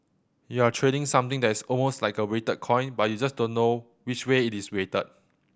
you're trading something that is almost like a weighted coin but you just don't know which way it is weighted